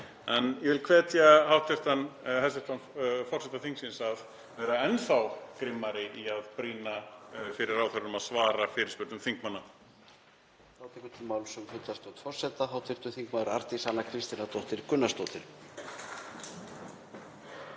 En ég vil hvetja hæstv. forseta þingsins að vera enn þá grimmari í að brýna fyrir ráðherrum að svara fyrirspurnum þingmanna.